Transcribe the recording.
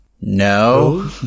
No